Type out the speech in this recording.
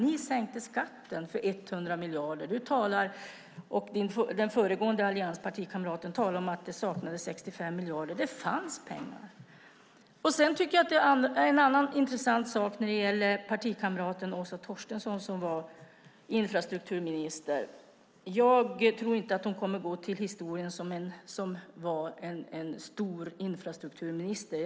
Ni sänkte skatten för 100 miljarder. Anders Åkesson och hans föregående allianspartikamrat talar om att det saknades 65 miljarder, men det fanns pengar. När det gäller partikamraten Åsa Torstensson tror jag inte att hon kommer att gå till historien som en stor infrastrukturminister.